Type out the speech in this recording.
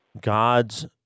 God's